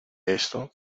esto